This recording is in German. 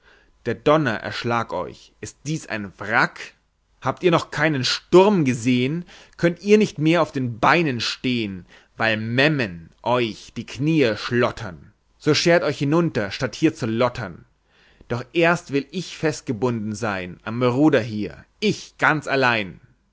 der donner erschlag euch ist dies ein wrack habt ihr noch keinen sturm gesehn könnt ihr nicht mehr auf den beinen stehn weil memmen euch die kniee schlottern so schert euch hinunter statt hier zu lottern doch erst will ich festgebunden sein am ruder hier ich ganz allein